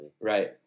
Right